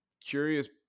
curious